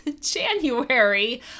January